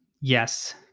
yes